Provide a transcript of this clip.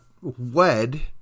wed